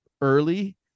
early